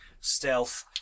stealth